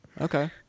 Okay